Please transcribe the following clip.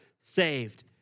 Saved